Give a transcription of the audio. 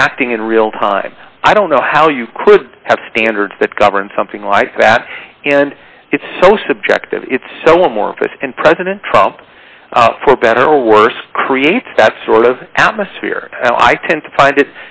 reacting in real time i don't know how you could have standards that govern something like that you know and it's so subjective it's so more that and president trumped up for better or worse create that sort of atmosphere i tend to find it